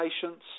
patients